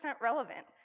relevant